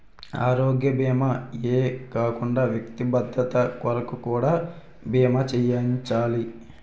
ఆరోగ్య భీమా ఏ కాకుండా వ్యక్తి భద్రత కొరకు కూడా బీమా చేయించాలి